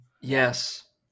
Yes